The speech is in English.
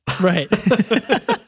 Right